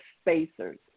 spacers